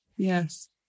Yes